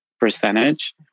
percentage